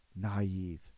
naive